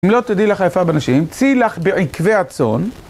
אם לא תדעי לך היפה בנשים, צאי לך בעקבי הצון.